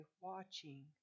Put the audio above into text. watching